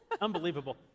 Unbelievable